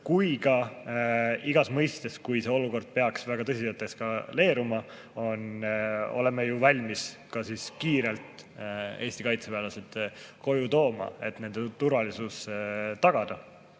kui ka igas mõistes. Kui olukord peaks väga tõsiselt eskaleeruma, me oleme valmis kiirelt Eesti kaitseväelased koju tooma, et nende turvalisus tagada.